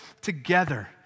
together